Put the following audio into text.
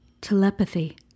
Telepathy